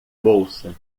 bolsa